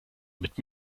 mit